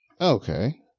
Okay